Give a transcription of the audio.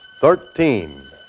thirteen